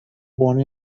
one